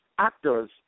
Actors